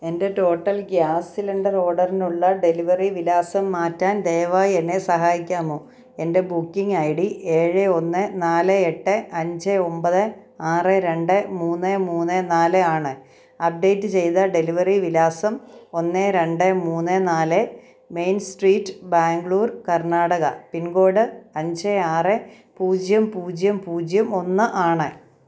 എന്റെ Total gas cylinder ഓർഡറിനുള്ള delivery വിലാസം മാറ്റാൻ ദയവായി എന്നെ സഹായിക്കാമോ എന്റെ ബുക്കിങ്ങ് ഐ ഡി ഏഴ് ഒന്ന് നാല് എട്ട് അഞ്ച് ഒൻപത് ആറ് രണ്ട് മൂന്ന് മൂന്ന് നാല് ആണ് അപ്ഡേറ്റ് ചെയ്ത ഡെലിവറി വിലാസം ഒന്ന് രണ്ട് മൂന്ന് നാല് main street Bangalore Karnataka pin code അഞ്ച് ആറ് പൂജ്യം പൂജ്യം പൂജ്യം ഒന്ന് ആണ്